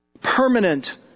permanent